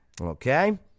Okay